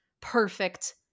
perfect